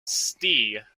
ste